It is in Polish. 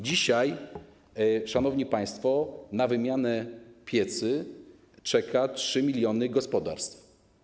Dzisiaj, szanowni państwo, na wymianę pieców czeka 3 mln gospodarstw.